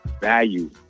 value